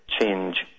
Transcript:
change